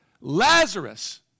Lazarus